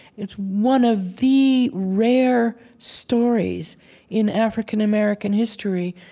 it's one of the rare stories in african-american history.